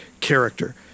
character